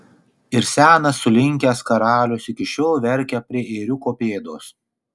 ir senas sulinkęs karalius iki šiol verkia prie ėriuko pėdos